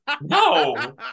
no